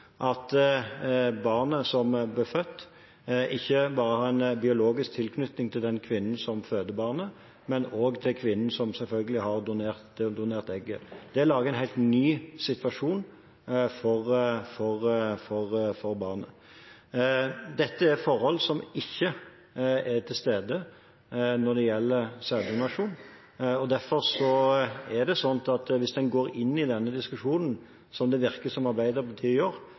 at barnet som blir født, har en biologisk tilknytning ikke bare til den kvinnen som føder barnet, men selvfølgelig også til den kvinnen som har donert egget. Det lager en helt ny situasjon for barnet. Dette er forhold som ikke er til stede når det gjelder sæddonasjon. Hvis en går inn i denne diskusjonen – som det virker som om Arbeiderpartiet gjør